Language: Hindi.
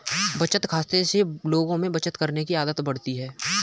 बचत खाते से लोगों में बचत करने की आदत बढ़ती है